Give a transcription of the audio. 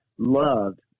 loved